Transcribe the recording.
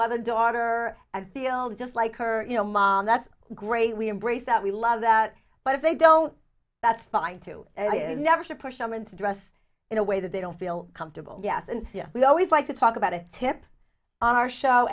mother daughter and feel just like her you know mom that's great we embrace that we love that but if they don't that's fine too never should push them into dress in a way that they don't feel comfortable yes and we always like to talk about it tip on our show